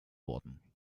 worden